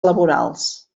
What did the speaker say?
laborals